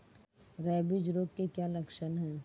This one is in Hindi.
रेबीज रोग के क्या लक्षण है?